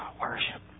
worship